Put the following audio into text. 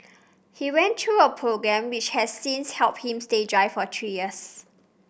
he went through a programme which has since helped him stay dry for three years